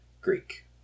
Greek